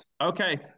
Okay